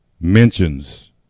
mentions